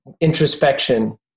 introspection